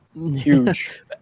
huge